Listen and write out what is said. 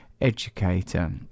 educator